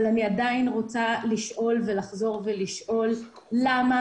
אבל אני עדיין רוצה לחזור ולשאול למה